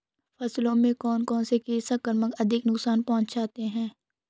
फसलों में कौन कौन से कीट संक्रमण अधिक नुकसान पहुंचाते हैं?